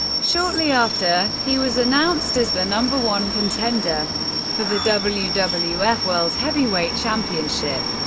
shortly after, he was announced as the number one contender for the wwf wwf world heavyweight championship.